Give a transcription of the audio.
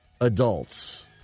adults